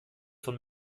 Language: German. von